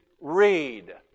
read